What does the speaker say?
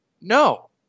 No